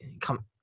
come